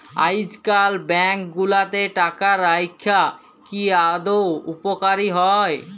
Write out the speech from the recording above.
আইজকাল ব্যাংক গুলাতে টাকা রাইখা কি আদৌ উপকারী হ্যয়